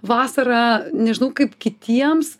vasarą nežinau kaip kitiems